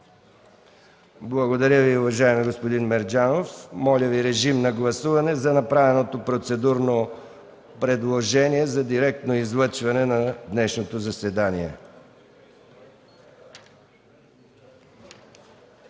Благодаря Ви, уважаеми господин Мерджанов. Моля, режим на гласуване за направеното процедурно предложение за директно излъчване на днешното заседание.